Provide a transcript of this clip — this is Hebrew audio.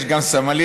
יש גם סמלים.